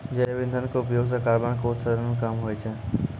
जैव इंधन के उपयोग सॅ कार्बन के उत्सर्जन कम होय छै